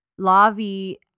Lavi